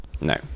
no